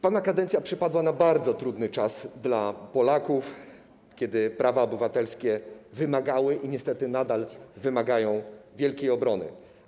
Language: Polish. Pana kadencja przypadła na bardzo trudny czas dla Polaków, kiedy prawa obywatelskie wymagały i niestety nadal wymagają wielkiej obrony.